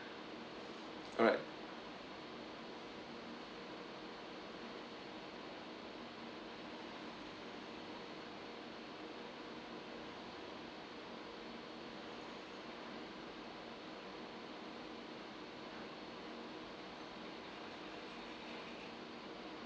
alright